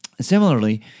Similarly